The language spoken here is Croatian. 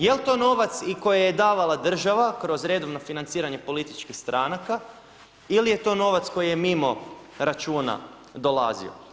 Jel to novac i koji je davala država kroz redovna financiranja političkih stranaka ili je to novac koji je mimo računa dolazio?